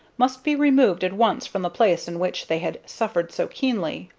must be removed at once from the place in which they had suffered so keenly.